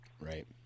Right